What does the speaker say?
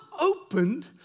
opened